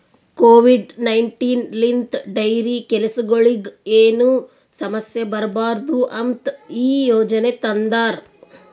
Covid nineteen ಲಿಂತ್ dairy ಕೆಲಸಗೊಳಿಗ್ ಏನು ಸಮಸ್ಯ ಬರಬಾರದು ಅಂತ್ ಈ ಯೋಜನೆ ತಂದಾರ್